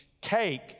take